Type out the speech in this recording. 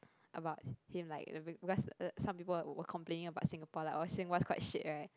about him like because some people are were complaining about Singapore like oh Singapore quite shit [right]